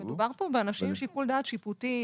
אבל מדובר פה באנשים עם שיקול דעת שיפוטי,